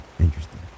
interesting